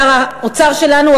שר האוצר שלנו,